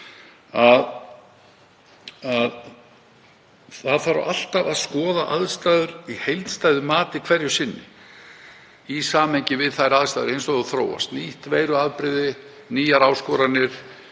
Það þarf alltaf að skoða aðstæður í heildstæðu mati hverju sinni, í samhengi við aðstæður eins og þær þróast, nýtt veiruafbrigði, nýjar áskoranir,